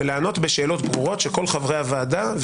ולענות בתשובות ברורות שכל חברי הוועדה,